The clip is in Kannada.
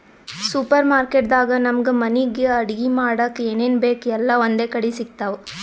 ಸೂಪರ್ ಮಾರ್ಕೆಟ್ ದಾಗ್ ನಮ್ಗ್ ಮನಿಗ್ ಅಡಗಿ ಮಾಡಕ್ಕ್ ಏನೇನ್ ಬೇಕ್ ಎಲ್ಲಾ ಒಂದೇ ಕಡಿ ಸಿಗ್ತಾವ್